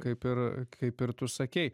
kaip ir kaip ir tu sakei